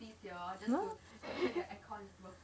no